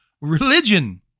Religion